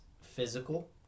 physical